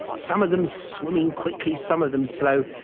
some of them swimming quickly, some of them slow,